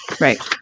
Right